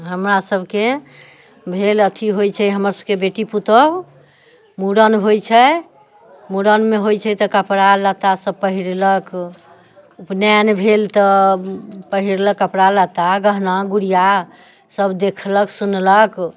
हमरासभके भेल अथी होइत छै हमरसभके बेटी पुतोहु मूड़न होइत छै मूड़नमे होइत छै तऽ कपड़ा लत्तासभ पहिरलक उपनयन भेल तऽ पहिरलक कपड़ा लत्ता गहना गुड़िया सभ देखलक सुनलक